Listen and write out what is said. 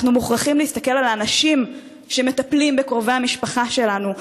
אנחנו מוכרחים להסתכל על האנשים שמטפלים בקרובי המשפחה שלנו,